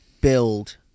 build